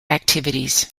activities